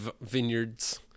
vineyards